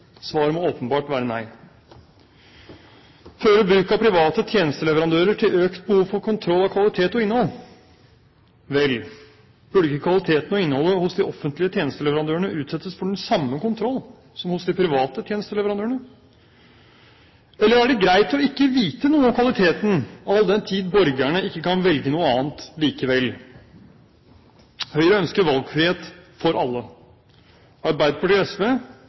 Svaret må åpenbart være nei. Fører bruk av private tjenesteleverandører til økt behov for kontroll av kvalitet og innhold? Vel, burde ikke kvaliteten og innholdet hos de offentlige tjenesteleverandørene utsettes for den samme kontroll som hos de private tjenesteleverandørene? Eller er det greit å ikke vite noe om kvaliteten all den tid borgerne ikke kan velge noe annet likevel? Høyre ønsker valgfrihet for alle. Arbeiderpartiet og SV